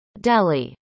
Delhi